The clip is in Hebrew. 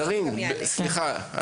קארין, סליחה.